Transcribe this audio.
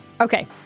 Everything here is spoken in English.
Okay